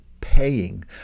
paying